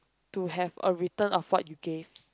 to have a return of what you gave